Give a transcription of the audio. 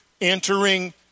entering